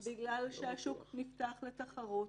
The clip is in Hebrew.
בגלל שהשוק נפתח לתחרות,